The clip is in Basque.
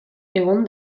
egon